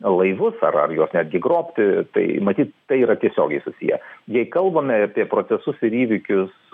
laivus ar ar juos netgi grobti tai matyt tai yra tiesiogiai susiję jei kalbame apie procesus ir įvykius